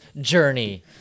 Journey